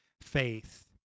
faith